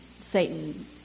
Satan